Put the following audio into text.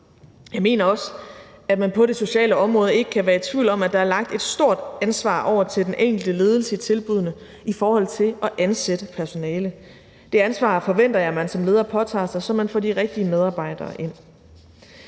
Jeg mener også, at man på det sociale område ikke kan være i tvivl om, at der er lagt et stort ansvar over til den enkelte ledelse i tilbuddene i forhold til at ansætte personale. Det ansvar forventer jeg man som leder påtager sig, så man får de rigtige medarbejdere ind.